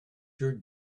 your